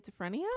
schizophrenia